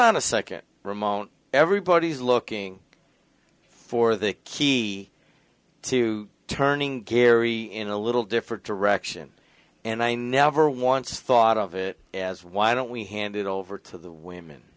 on a second ramon everybody's looking for the key to turning gary in a little different direction and i never once thought of it as why don't we hand it over to the women